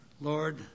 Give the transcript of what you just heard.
Lord